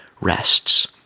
rests